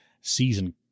season